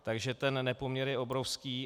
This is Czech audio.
Takže ten nepoměr je obrovský.